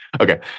okay